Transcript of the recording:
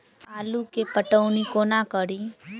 आलु केँ पटौनी कोना कड़ी?